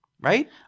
right